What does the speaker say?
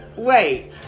wait